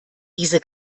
diese